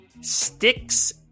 Sticks